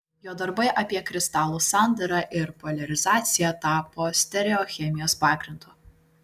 jo darbai apie kristalų sandarą ir poliarizaciją tapo stereochemijos pagrindu